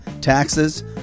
taxes